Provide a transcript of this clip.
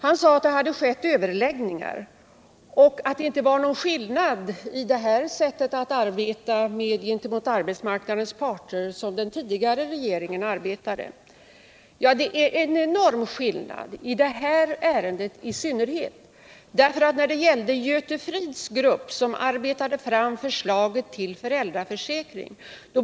Han sade att det hade hållits överläggningar med arbetsmarknadens parter och att det inte var någon skillnad i sättet att arbeta med denna fråga och det sätt på vilket den tidigare regeringen arbetade. Jo, det är en enorm skillnad! Göte Fridhs grupp. som arbetade fram förslaget till föräldraförsäkring.